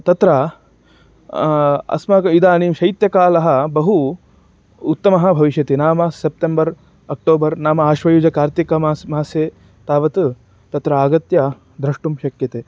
तत्र अस्माकम् इदानीं शैत्यकालः बहु उत्तमः भविष्यति नाम सेप्तम्बर् अक्टोबर् नाम आश्वयुजकार्तिकमासे मासे तावत् तत्र आगत्य द्रष्टुं शक्यते